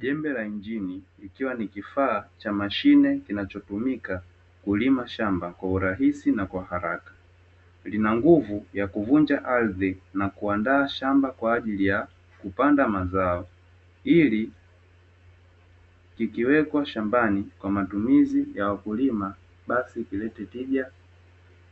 Jembe la injini ikiwa ni kifaa cha mashine kinachotumika kulima shamba kwa urahisi na kwa haraka. Lina nguvu ya kuvunja ardhi na kuandaa shamba kwa ajili ya kupanda mazao ili kikiwekwa shambani kwa ajili ya matumizi ya wakulima basi kilete tija